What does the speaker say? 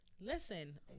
Listen